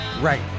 Right